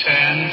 Ten